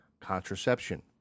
contraception